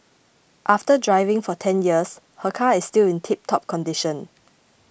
after driving for ten years her car is still in tiptop condition